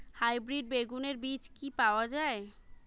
Hybrid বেগুনের বীজ কি পাওয়া য়ায়?